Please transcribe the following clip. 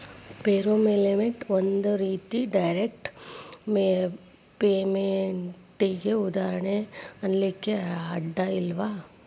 payroll payment ಒಂದ್ ರೇತಿ direct ಪೇಮೆನ್ಟಿಗೆ ಉದಾಹರ್ಣಿ ಅನ್ಲಿಕ್ಕೆ ಅಡ್ಡ ಇಲ್ಲ